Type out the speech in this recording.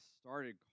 started